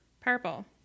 purple